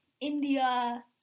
India